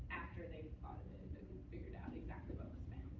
after they've figured out exactly what was spent.